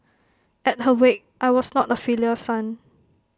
at her wake I was not A filial son